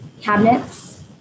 cabinets